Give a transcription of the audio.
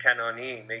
Kanani